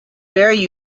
very